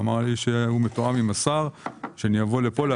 אמר לי שהוא מתואם עם השר ושאני אבוא לפה להתקין את הצו.